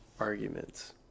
arguments